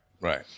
right